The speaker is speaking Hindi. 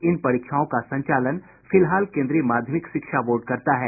इन परीक्षाओं का संचालन फिलहाल केंद्रीय माध्यमिक शिक्षा बोर्ड करता है